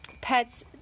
pets